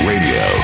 Radio